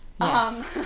yes